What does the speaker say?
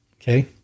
Okay